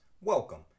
welcome